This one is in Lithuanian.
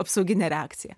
apsauginė reakcija